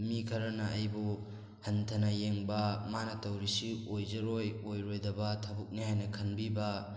ꯃꯤ ꯈꯔꯅ ꯑꯩꯕꯨ ꯍꯟꯊꯅ ꯌꯦꯡꯕ ꯃꯥꯅ ꯇꯧꯔꯤꯁꯤ ꯑꯣꯏꯖꯔꯣꯏ ꯑꯣꯏꯔꯣꯏꯗꯕ ꯊꯕꯛꯅꯤ ꯍꯥꯏꯅ ꯈꯟꯕꯤꯕ